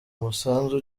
musanzu